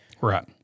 right